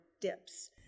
dips